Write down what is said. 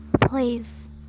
please